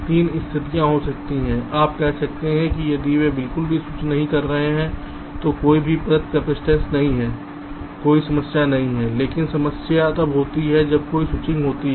3 स्थितियां हो सकती हैं आप कह सकते हैं यदि वे बिल्कुल भी स्विच नहीं कर रहे हैं कोई भी प्रेरित कपसिटंस नहीं कोई समस्या नहीं है लेकिन समस्या तब होती है जब कोई स्विचिंग होती है